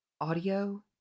audio